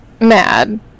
mad